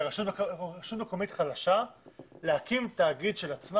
זה יותר קשה לרשות מקומית חלשה להקים תאגיד של עצמה,